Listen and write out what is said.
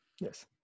Yes